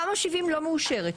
תמ"א 70 לא מאושרת.